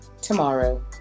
tomorrow